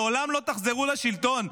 לעולם לא תחזרו לשלטון.